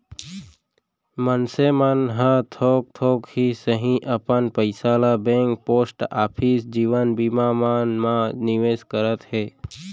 मनसे मन ह थोक थोक ही सही अपन पइसा ल बेंक, पोस्ट ऑफिस, जीवन बीमा मन म निवेस करत हे